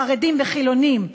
חרדים וחילונים?